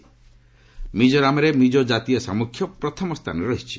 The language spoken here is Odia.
ମିକ୍କୋରାମରେ ମିକ୍କୋ କାତୀୟ ସାମ୍ମୁଖ୍ୟ ପ୍ରଥମ ସ୍ଥାନରେ ରହିଛି